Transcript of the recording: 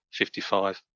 55%